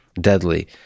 deadly